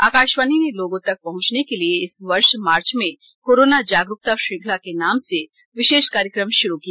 आकाशवाणी ने लोगों तक पहंचने के लिए इस वर्ष मार्च में कोरोना जागरूकता श्रृंखला के नाम से विशेष कार्यक्रम शुरू किया